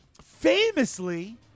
famously